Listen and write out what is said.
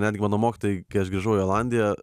netgi mano mokytojai kai aš grįžau į olandiją